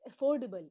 affordable